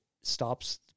stops